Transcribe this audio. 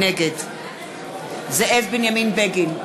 נגד זאב בנימין בגין,